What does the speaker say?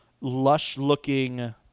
lush-looking